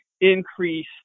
increase